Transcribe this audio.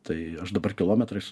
tai aš dabar kilometrais